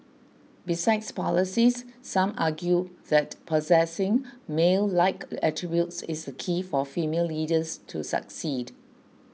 besides policies some argue that possessing male like attributes is key for female leaders to succeed